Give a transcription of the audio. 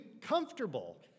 comfortable